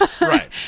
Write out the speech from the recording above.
Right